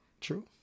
True